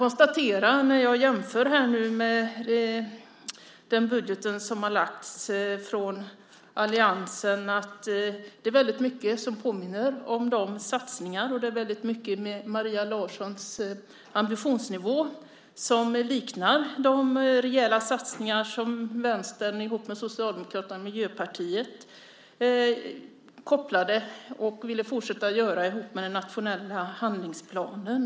När jag jämför detta med den budget som alliansen har lagt fram kan jag konstatera att det är mycket som påminner om de satsningarna. Det är mycket i Maria Larssons ambitioner som liknar de rejäla satsningar som Vänstern ihop med Socialdemokraterna och Miljöpartiet ville fortsätta göra i den nationella handlingsplanen.